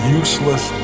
useless